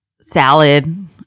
Salad